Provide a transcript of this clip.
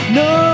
no